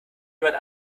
jemand